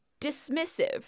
Dismissive